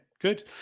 good